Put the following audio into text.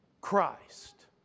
Christ